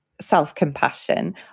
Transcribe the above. self-compassion